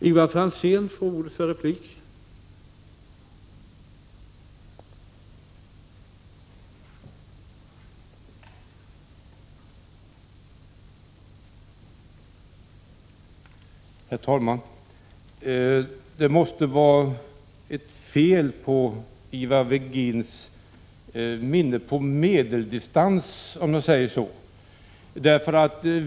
Herr talman! Det måste, så att säga på medeldistans, vara något fel på Ivar Virgins minne.